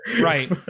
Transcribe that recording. Right